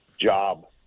job